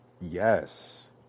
yes